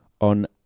on